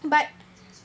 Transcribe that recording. but